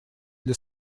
для